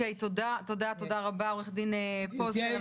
תודה רבה לעורך הדין פוזנר.